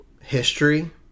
history